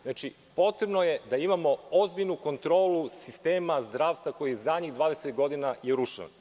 Znači, potrebno je da imamo ozbiljnu kontrolu sistema zdravstva koji je zadnjih 20 godina urušen.